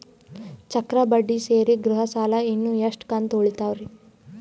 ಚಕ್ರ ಬಡ್ಡಿ ಸೇರಿ ಗೃಹ ಸಾಲ ಇನ್ನು ಎಷ್ಟ ಕಂತ ಉಳಿದಾವರಿ?